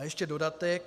A ještě dodatek.